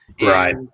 Right